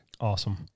Awesome